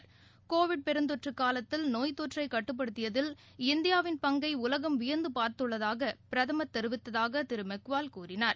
அமைச்சர் கோவிட் பெருந்தொற்று காலத்தில் நோய் தொற்றை கட்டுப்படுத்தியதில் இந்தியாவின் பங்கை உலகம் வியந்து பார்த்துள்ளதாக பிரதமர் தெரிவித்ததாக திரு மெக்வால் கூறினார்